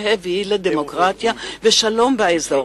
שהביא לדמוקרטיה ולשלום באזור.